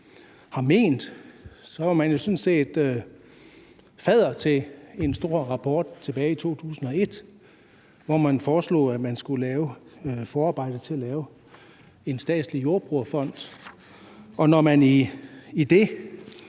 har ment, kan man se, at SF sådan set stod fadder til en stor rapport tilbage i 2001, hvor det foreslogedes, at der skulle laves et forarbejde til at lave en statslig jordbrugsfond, og når man i det